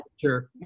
sure